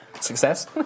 Success